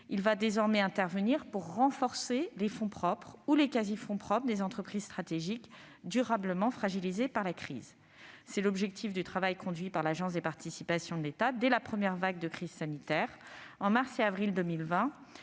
Il va désormais intervenir pour renforcer les fonds propres ou les quasi-fonds propres des entreprises stratégiques durablement fragilisées par la crise. C'est l'objet du travail conduit par l'Agence des participations de l'État dès la première vague de la crise sanitaire, en mars et avril